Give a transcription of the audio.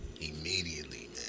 immediately